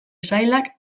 sailak